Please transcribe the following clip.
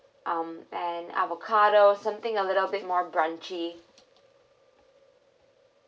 um and avocado something a little bit more brunchy